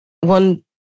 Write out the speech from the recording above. one